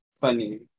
funny